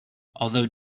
although